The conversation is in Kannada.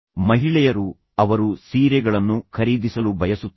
ಮಹಿಳೆಯರು ಅವರು ಸೀರೆಗಳನ್ನು ಖರೀದಿಸಲು ಬಯಸುತ್ತಾರೆ